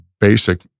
basic